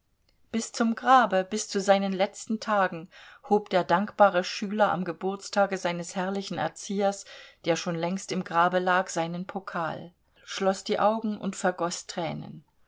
bis zum grabe bis zu seinen letzten tagen hob der dankbare schüler am geburtstage seines herrlichen erziehers der schon längst im grabe lag seinen pokal schloß die augen und vergoß tränen